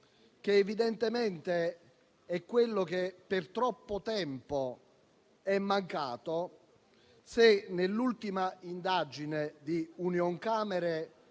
che evidentemente è quello che per troppo tempo è mancato, se nell'ultima indagine di Unioncamere